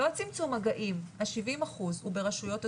לא צמצום מגעים, ה-70% הוא ברשויות אדומות.